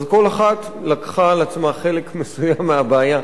אז כל אחת לקחה על עצמה חלק מסוים מהבעיה,